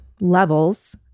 levels